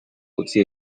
utzi